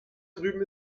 drüben